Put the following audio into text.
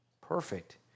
perfect